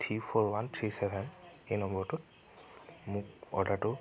three four one three seven এই নম্বৰটোত মোক অৰ্ডাৰটোৰ